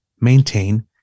maintain